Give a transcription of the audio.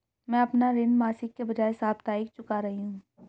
मैं अपना ऋण मासिक के बजाय साप्ताहिक चुका रही हूँ